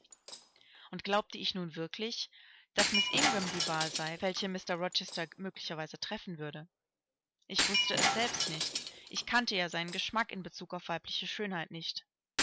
und glaubte ich nun wirklich daß miß ingram die wahl sei welche mr rochester möglicherweise treffen würde ich wußte es selbst nicht ich kannte ja seinen geschmack in bezug auf weibliche schönheit nicht